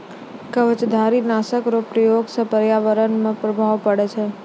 कवचधारी नाशक रो प्रयोग से प्रर्यावरण मे प्रभाव पड़ै छै